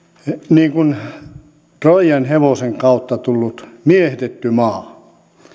niin kuin troijan hevosen kautta miehitetty maa